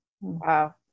wow